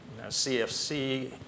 CFC